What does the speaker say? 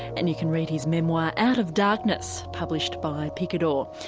and you can read his memoir out of darkness published by picador.